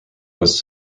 was